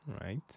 right